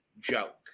joke